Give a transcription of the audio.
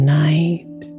night